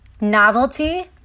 novelty